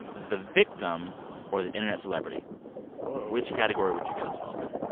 and the victim or the internet celebrity whoa which category would you guys fall in?